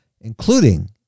including